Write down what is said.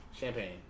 Champagne